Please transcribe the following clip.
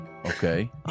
Okay